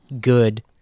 good